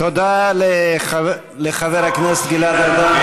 תודה לחבר הכנסת גלעד ארדן,